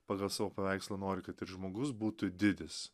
pagal savo paveikslą nori kad ir žmogus būtų didis